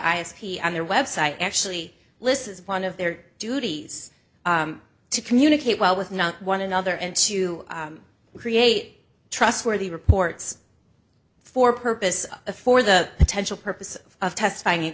have on their website actually list as one of their duties to communicate well with not one another and to create trustworthy reports for purpose for the potential purpose of testifying in